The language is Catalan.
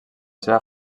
seva